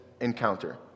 encounter